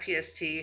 PST